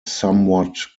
somewhat